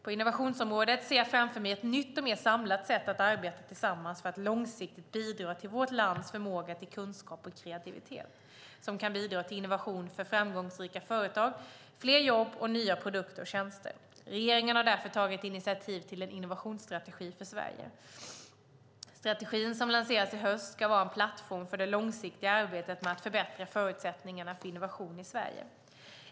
På innovationsområdet ser jag framför mig ett nytt och mer samlat sätt att arbeta tillsammans för att långsiktigt bidra till vårt lands förmåga till kunskap och kreativitet, vilket kan bidra till innovation för framgångsrika företag, fler jobb och nya produkter och tjänster. Regeringen har därför tagit initiativ till en innovationsstrategi för Sverige. Strategin, som lanseras i höst, ska vara en plattform för det långsiktiga arbetet med att förbättra förutsättningarna för innovation i Sverige.